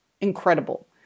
incredible